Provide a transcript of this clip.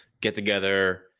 get-together